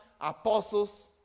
apostles